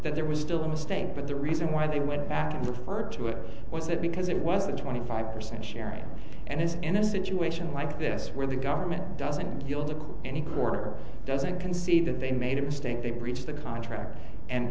that there was still a mistake but the reason why they went back and referred to it was that because it was a twenty five percent share and is in a situation like this where the government doesn't yield any quarter doesn't concede that they made a mistake they breached the contract and